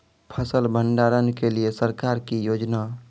फसल भंडारण के लिए सरकार की योजना?